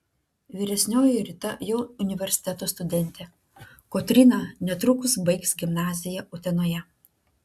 vyresnioji rita jau universiteto studentė kotryna netrukus baigs gimnaziją utenoje